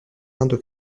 indes